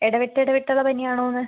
ഇടവിട്ട് ഇടവിട്ടുള്ള പനി ആണോന്ന്